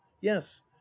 yes